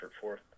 forth